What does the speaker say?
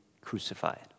crucified